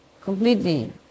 completely